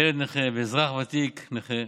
ילד נכה ואזרח ותיק נכה.